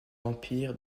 empire